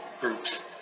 groups